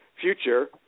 future